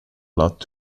laat